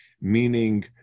meaning